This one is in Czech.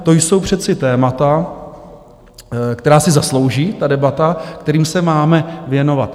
To jsou přece témata, která si zaslouží, ta debata, kterým se máme věnovat.